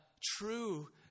true